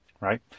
right